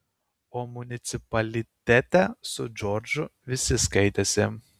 o municipalitete su džordžu visi skaitėsi